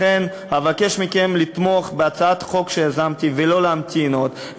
לכן' אבקש מכם לתמוך בהצעת החוק שיזמתי ולא להמתין עוד,